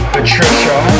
Patricia